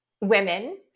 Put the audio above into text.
women